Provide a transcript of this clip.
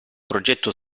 progetto